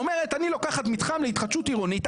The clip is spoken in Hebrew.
לוקחים מתחם התחדשות עירונית,